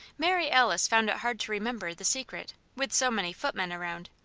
mary alice found it hard to remember the secret with so many footmen around.